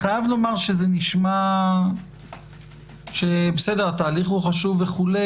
שזה נשמע שהתהליך חשוב וכו',